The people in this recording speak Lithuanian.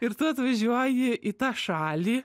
ir tu atvažiuoji į tą šalį